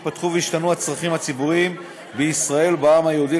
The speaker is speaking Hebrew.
התפתחו והשתנו הצרכים הציבוריים בישראל ובעם היהודי,